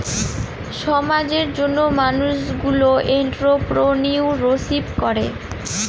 সমাজের জন্য মানুষ সবগুলো এন্ট্রপ্রেনিউরশিপ করে